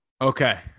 Okay